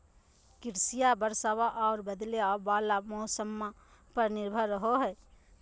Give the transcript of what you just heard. कृषिया बरसाबा आ बदले वाला मौसम्मा पर निर्भर रहो हई